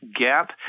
gap